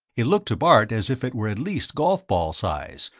it looked to bart as if it were at least golf-ball size,